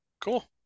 Cool